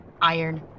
Iron